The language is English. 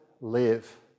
live